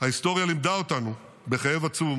ההיסטוריה לימדה אותנו בכאב עצום